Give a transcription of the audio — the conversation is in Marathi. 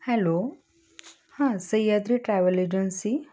हॅलो हां सह्याद्री ट्रॅव्हल एजन्सी